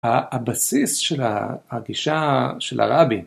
הבסיס של הגישה של הרבי.